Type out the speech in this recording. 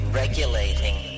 regulating